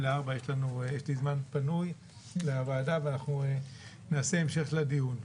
ל-16:00 יש לי זמן פנוי לוועדה ואנחנו נעשה המשך לדיון.